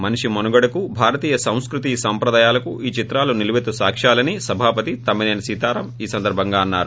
మనిషి మనుగడకు భారతీయ సంస్కృతి సంప్రదాయాలకు ఈ చిత్రాలు నిలుపెత్తు సాక్యాలని సభాపతి తమ్మినేని సీతారాం ఈ సందర్భంగా అన్నారు